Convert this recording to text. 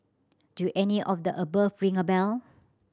do any of the above ring a bell